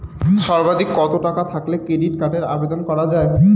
সর্বাধিক কত টাকা থাকলে ক্রেডিট কার্ডের আবেদন করা য়ায়?